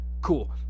cool